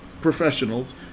professionals